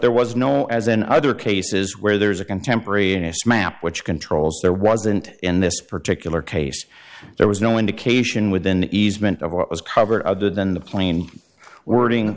there was no as in other cases where there is a contemporaneous map which controls there wasn't in this particular case there was no indication within the easement of what was covered other than the plain wording